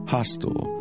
Hostile